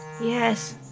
Yes